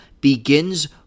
Begins